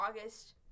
August